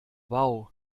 wow